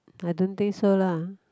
I don't think so lah